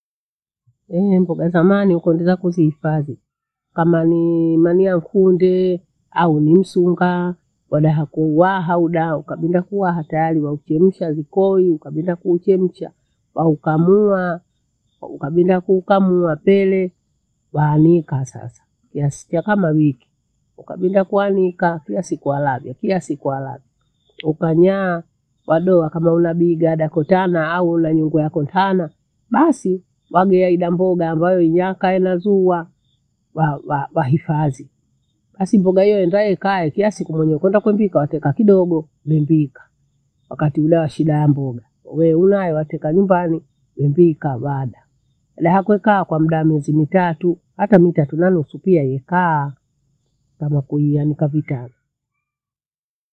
Eeh! mboga zamani ukundi zakuzihifadhi. Kama nii mani ya kunde au ni msunga wadaha kuhu waha udaa ukabinda kuwa hatayali wauchemsha vikoyi ukabinda kuichemsha waukamua, ukabinda kuukamua pele waanika sasa yasikia kama wiki. Ukabinda kuanika kiya siku walavyo, kiya siku walavyo, ukanyaa wadoa kama huna bigada kotana au una nyungu yakhotana basi wagea ida mboga ambayo iyaka hena zuhuwa wa- wa- wahifadhi. Basi mboga hiyo enda ikae kiasi kwenye kwenda kwembika wateka kidogo nembikha, wakati muda wa shida ya mbogha. Wewe unayo wateka nyumbani wembika wala. Hila kokaa kwa muda wa miezi mitatu hata mitatu nanusu pia yekaa kwama kuianika vitana.